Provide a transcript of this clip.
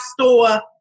store